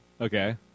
okay